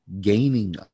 gaining